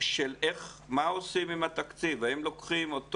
של מה עושים עם התקציב האם לוקחים אותו